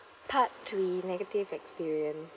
part three negative experience